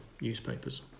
newspapers